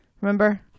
Remember